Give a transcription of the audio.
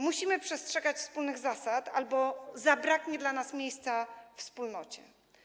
Musimy przestrzegać wspólnych zasad albo zabraknie dla nas miejsca w wspólnocie.